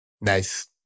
Nice